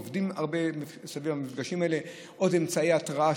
עובדים הרבה במפגשים האלה על עוד אמצעי התרעה.